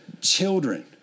children